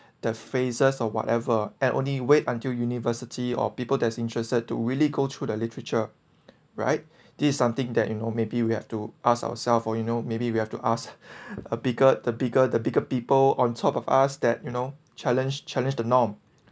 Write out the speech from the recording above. the phases of whatever and only wait until university or people that is interested to really go through the literature right this is something that you know maybe we have to ask ourselves for you know maybe we have to ask a bigger the bigger the bigger people on top of us that you know challenge challenge the norm